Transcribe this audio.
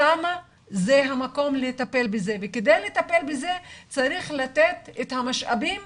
שם זה המקום לטפל בזה ובכדי לטפל בזה צריך לתת את המשאבים